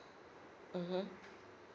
mmhmm